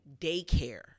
daycare